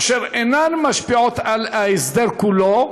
אשר אינן משפיעות על ההסדר כולו,